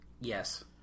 yes